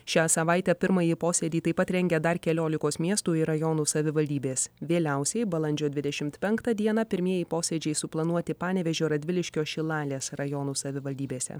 šią savaitę pirmąjį posėdį taip pat rengia dar keliolikos miestų ir rajonų savivaldybės vėliausiai balandžio dvidešimt penktą dieną pirmieji posėdžiai suplanuoti panevėžio radviliškio šilalės rajonų savivaldybėse